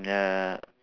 ya